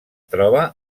troba